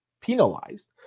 penalized